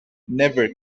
never